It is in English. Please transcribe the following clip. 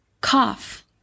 cough